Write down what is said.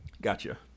Gotcha